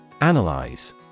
Analyze